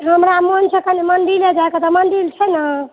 हमरा मोन छै कनि मन्दिरो जाइकऽ तऽ मन्दिर छै न